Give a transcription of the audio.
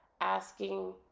Asking